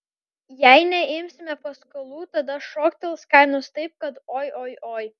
jei neimsime paskolų tada šoktels kainos taip kad oi oi oi